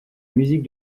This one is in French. musique